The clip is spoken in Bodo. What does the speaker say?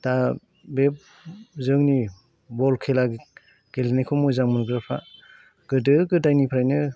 दा बे जोंनि बल खेला गेलेनायखौ मोजां मोनग्राफ्रा गोदो गोदायनिफ्रायनो